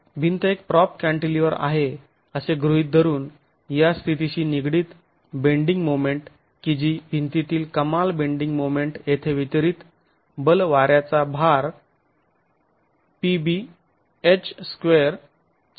तर भिंत एक प्राॅप कँटीलिवर आहे असे गृहीत धरून या स्थितीशी निगडीत बेंडिंग मोमेंट की जी भिंतीतील कमाल बेंडिंग मोमेंट येथे वितरित बल वाऱ्याचा भार pb h28आहे